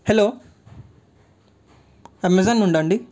hello Amazon నుండా అండి